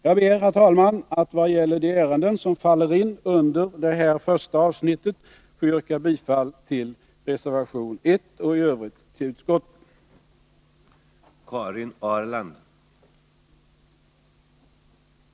Jag ber, herr talman, att vad gäller de ärenden som faller in under det här första avsnittet få yrka bifall till reservation nr 1 och i övrigt till utskottets hemställan.